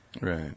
right